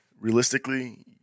realistically